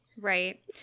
Right